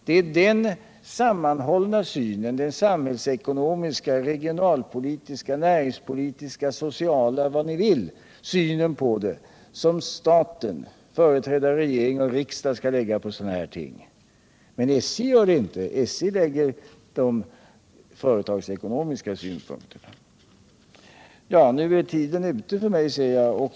Det är den sammanhållna, samhällsekonomiska, regionalpolitiska, näringspolitiska, sociala — ja, vad ni vill — synen på det som staten, företrädare av regering och riksdag, skall lägga på sådana här ting. Men SJ gör det inte. SJ anlägger de företagsekonomiska synpunkterna. Ja, nu är tiden ute för mig.